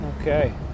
Okay